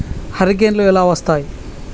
హరికేన్లు ఎలా వస్తాయి?